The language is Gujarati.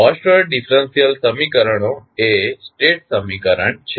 અને ફર્સ્ટ ઓર્ડર ડિફરેંશિયલ સમીકરણો એ સ્ટેટ સમીકરણ છે